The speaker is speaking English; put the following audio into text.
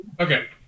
Okay